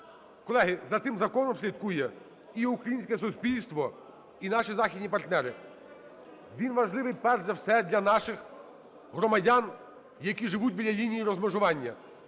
Колеги, за тим законом слідкує і українське суспільство, і наші західні партнери. Він важливий перш за все для наших громадян, які живуть біля лінії розмежування,